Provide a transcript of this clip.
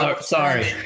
Sorry